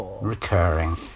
recurring